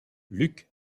luc